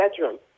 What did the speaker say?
bedroom